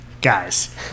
guys